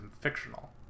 fictional